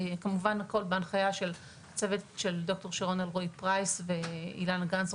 כמובן הכל בהנחיה של צוות של דוקטור שרון אלרעי פרייס ואילן גנץ,